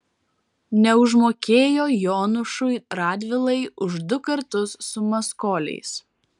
neužmokėjo jonušui radvilai už du karus su maskoliais